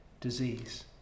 disease